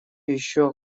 еще